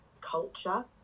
culture